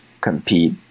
compete